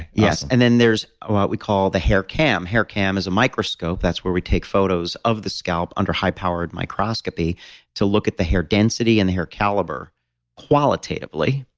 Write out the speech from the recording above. yes. and there's ah what we call the haircam. haircam is a microscope. that's where we take photos of the scalp under high-powered microscopy to look at the hair density and the hair caliber qualitatively.